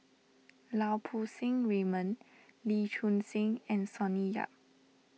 Lau Poo Seng Raymond Lee Choon Seng and Sonny Yap